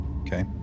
Okay